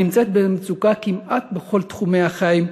הנמצאת במצוקה כמעט בכל תחומי החיים,